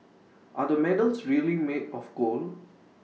are the medals really made of gold